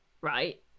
right